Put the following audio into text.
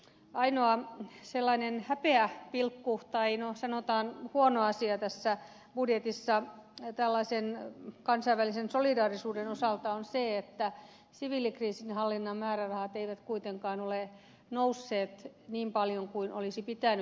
ainoa sellainen häpeäpilkku tai no sanotaan huono asia tässä budjetissa tällaisen kansainvälisen solidaarisuuden osalta on se että siviilikriisinhallinnan määrärahat eivät kuitenkaan ole nousseet niin paljon kuin olisi pitänyt